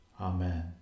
Amen